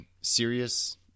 serious